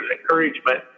encouragement